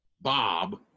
Bob